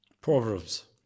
Proverbs